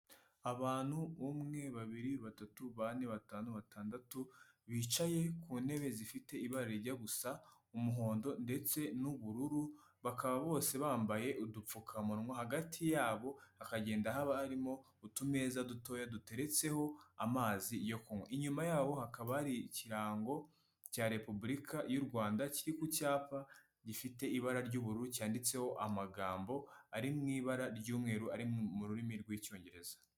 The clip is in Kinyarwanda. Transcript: Abantu, umwe, babiri, batatu, bane, batanu, batandatu bicaye ku ntebe zifite ibara rijya gusa umuhondo ndetse n'ubururu, bakaba bose bambaye udupfukamunwa hagati yabo hakagenda haba harimo utumeza dutoya duteretseho amazi, inyuma yabo hakaba hari ikirango cya repubulika y'u Rwanda kiri ku cyapa gifite ibara ry'ubururu cyanditseho amagambo ari mu ibara ry'umweru ari mu rurimi rw'icyongereza.